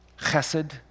chesed